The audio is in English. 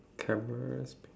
cameras